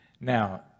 now